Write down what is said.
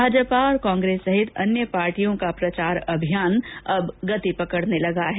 भाजपा और कांग्रेस सहित अन्य पार्टियों का प्रचार अभियान अब गति पकड़ने लगा है